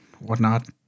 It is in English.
whatnot